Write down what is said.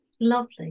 Lovely